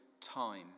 time